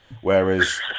Whereas